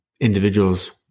individuals